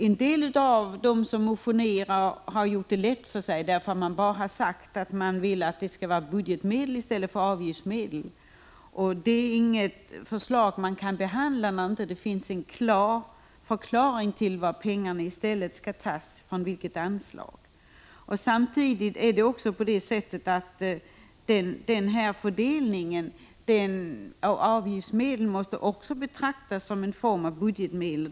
En del av motionärerna har gjort det lätt för sig när de har sagt att det skall vara budgetmedel i stället för avgiftsmedel. Det är ett förslag som man inte kan behandla om det inte ges en förklaring till vilket anslag pengarna skall tas ifrån. Fördelningen av avgiftsmedel måste också betraktas som en form av budgetmedel.